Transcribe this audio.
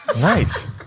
Nice